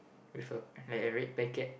with a like a red packet